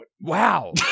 Wow